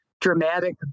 dramatic